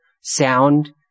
sound